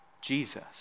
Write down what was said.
Jesus